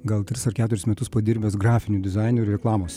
gal tris ar keturis metus padirbęs grafiniu dizaineriu reklamos